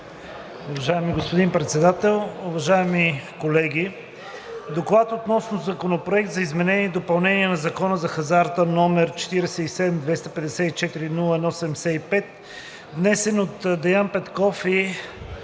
„ДОКЛАД относно Законопроект за изменение и допълнение на Закона за хазарта, № 47-254-01-75, внесен от Деан Петков и